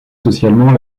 socialement